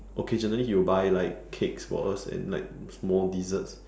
occasionally he will buy like cakes for us and like small deserts